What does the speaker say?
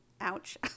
ouch